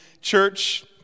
church